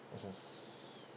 mmhmm